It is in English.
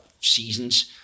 seasons